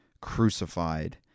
crucified